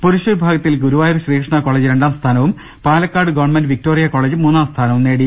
പുരുഷ വിഭാഗത്തിൽ ഗുരുവായൂർ ശ്രീകൃഷ്ണ കോളേജ് രണ്ടാം സ്ഥാനവും പാലക്കാട് ഗവൺമെന്റ് വിക്ടോറിയ കോളേജ് മൂന്നാം സ്ഥാനവും നേടി